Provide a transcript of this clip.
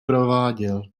prováděl